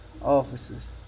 officers